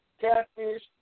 catfish